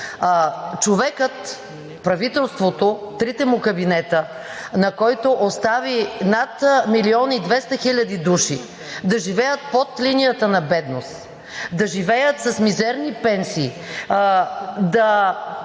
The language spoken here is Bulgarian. Човекът, правителството, трите му кабинета, който остави над милион и 200 хиляди души да живеят под линията на бедност, да живеят с мизерни пенсии, да